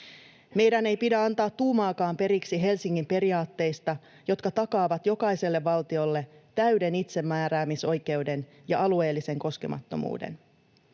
Meidän ei pidä antaa tuumaakaan periksi Helsingin periaatteista, jotka takaavat jokaiselle valtiolle täyden itsemääräämisoikeuden ja alueellisen koskemattomuuden.